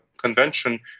convention